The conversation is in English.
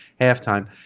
halftime